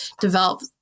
develop